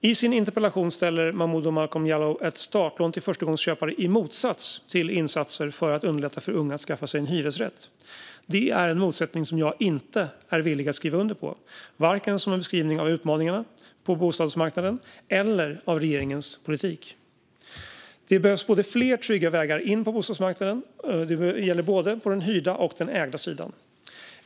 I sin interpellation ställer Momodou Malcolm Jallow ett startlån till förstagångsköpare i motsats till insatser för att underlätta för unga att skaffa sig en hyresrätt. Det är en motsättning som jag inte är villig att skriva under på vare sig som en beskrivning av utmaningarna på bostadsmarknaden eller som en beskrivning av regeringens politik. Det behövs fler trygga vägar in på bostadsmarknaden, både på den hyrda och på den ägda sidan.